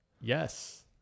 Yes